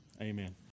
amen